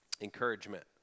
encouragement